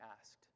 asked